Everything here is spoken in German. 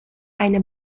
eine